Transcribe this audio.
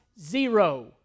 Zero